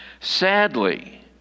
Sadly